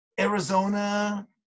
Arizona